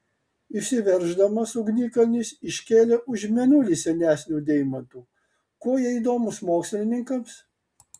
išsiverždamas ugnikalnis iškėlė už mėnulį senesnių deimantų kuo jie įdomūs mokslininkams